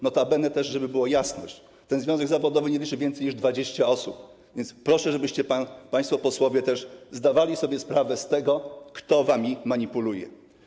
Notabene, też żeby była jasność, ten związek zawodowy nie liczy więcej niż 20 osób, więc proszę, żebyście państwo posłowie zdawali sobie sprawę z tego, kto wami manipuluje.